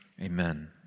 Amen